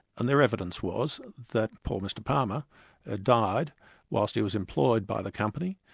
and their evidence was that poor mr palmer ah died whilst he was employed by the company.